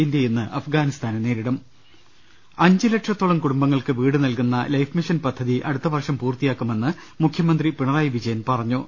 India ഇന്ന് അഫ്ഗാനിസ്ഥാനെ നേരിടും രുട്ട്ട്ട്ട്ട്ട്ട്ട്ട അഞ്ചുലക്ഷത്തോളം കുടുംബങ്ങൾക്ക് വീട് നൽകുന്ന ലൈഫ് മിഷൻ പദ്ധതി അടുത്തവർഷം പൂർത്തിയാക്കുമെന്ന് മുഖ്യമന്ത്രി പിണറായി വിജ യൻ പറഞ്ഞു